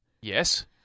Yes